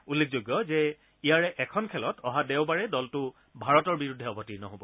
উল্লেখযোগ্য যে ইয়াৰে এখন খেলত অহা দেওবাৰে দলটো ভাৰতৰ বিৰুদ্ধে অৱতীৰ্ণ হব